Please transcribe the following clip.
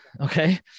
okay